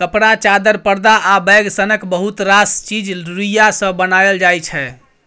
कपड़ा, चादर, परदा आ बैग सनक बहुत रास चीज रुइया सँ बनाएल जाइ छै